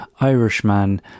Irishman